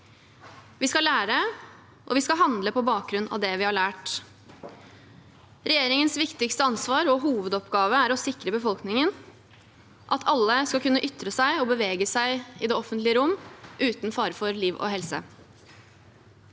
Vi skal lære, og vi skal handle på bakgrunn av det vi har lært. Regjeringens viktigste ansvar og hovedoppgave er å sikre befolkningen, at alle skal kunne ytre seg og bevege seg i det offentlige rom uten fare for liv og helse.